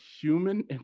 human